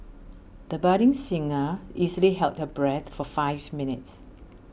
the budding singer easily held her breath for five minutes